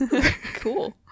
Cool